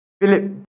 Philip